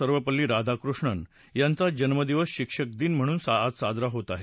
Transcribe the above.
सर्वपल्ली राधाकृष्णन यांचा जन्मदिवस शिक्षक दिन म्हणून आज साजरा होत आहे